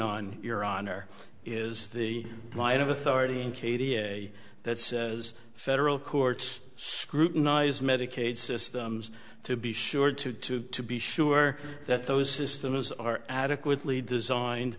on your honor is the light of authority in katie that is federal courts scrutinize medicaid systems to be sure to be sure that those systems are adequately designed